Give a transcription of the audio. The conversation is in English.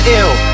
ill